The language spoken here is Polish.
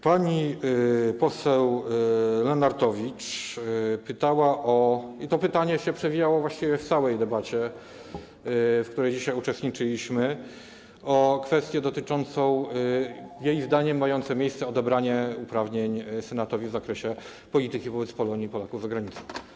Pani poseł Lenartowicz pytała - i to pytanie przewijało się właściwie w całej debacie, w której dzisiaj uczestniczyliśmy - o kwestię dotyczącą jej zdaniem mającego miejsce odebrania uprawnień Senatowi w zakresie polityki wobec Polonii i Polaków za granicą.